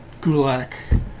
Gulak